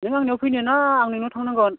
नों आंनियाव फैनो ना आं नोंनियाव थांनांगोन